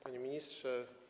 Panie Ministrze!